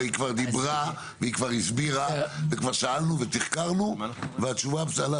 היא כבר דיברה והיא כבר הסבירה וכבר שאלנו ותחקרנו על הפלילי.